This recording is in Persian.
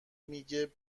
میگه